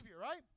right